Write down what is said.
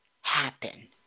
happen